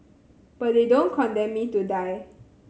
but they don't condemn me to die